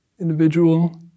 individual